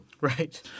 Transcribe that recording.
Right